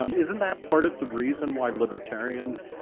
um isn't that part of the reason why libertarians?